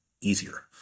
easier